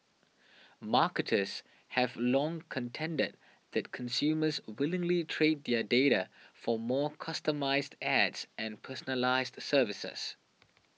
marketers have long contended that consumers willingly trade their data for more customised ads and personalised services